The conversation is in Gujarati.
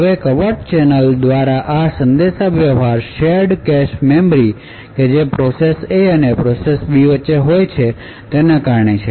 હવે ક્વર્ટ ચેનલો દ્વારા આ સંદેશાવ્યવહાર શેરડ કેશ મેમરી જે પ્રોસેસ A અને પ્રોસેસ B વચ્ચે હોય છે તેને કારણે છે